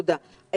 תודה.